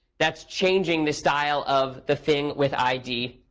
that's changing the style of the thing with id.